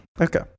okay